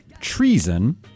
treason